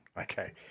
Okay